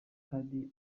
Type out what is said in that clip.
hari